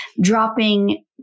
dropping